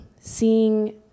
seeing